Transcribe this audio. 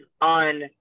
on